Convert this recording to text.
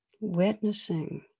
Witnessing